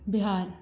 Bihar